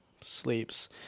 Sleeps